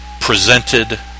presented